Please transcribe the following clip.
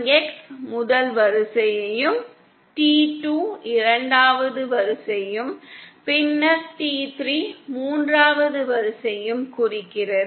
T1X முதல் வரிசையையும் T2 இரண்டாவது வரிசையையும் பின்னர் T3 மூன்றாவது வரிசையையும் குறிக்கிறது